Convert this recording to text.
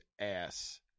ass